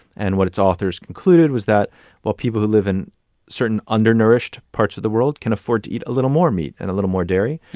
and what its authors concluded was that while people who live in certain undernourished parts of the world can afford to eat a little more meat and a little more dairy,